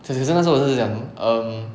讲真的那时候我是讲 um